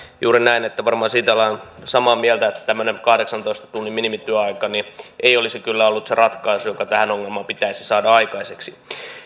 juuri näin varmaan siitä olemme samaa mieltä että tämmöinen kahdeksantoista tunnin minimityöaika ei olisi kyllä ollut se ratkaisu joka tähän ongelmaan pitäisi saada aikaiseksi